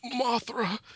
Mothra